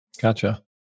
Gotcha